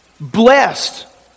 Blessed